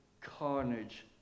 carnage